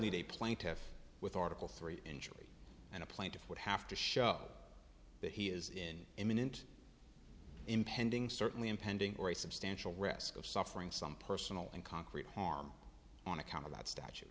need a plaintiff with article three injury and a plaintiff would have to show that he is in imminent impending certainly impending or a substantial risk of suffering some personal and concrete harm on account of that statu